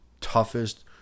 toughest